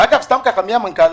אגב, מי המנכ"ל?